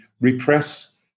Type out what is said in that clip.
repress